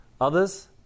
Others